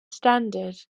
standard